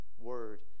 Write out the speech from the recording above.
word